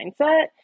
mindset